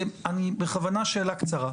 בכוונה שאלה קצרה.